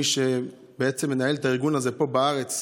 מי שבעצם מנהל את הארגון הזה פה בארץ.